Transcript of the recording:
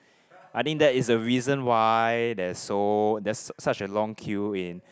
I think that is the reason why there's so there's such a long queue in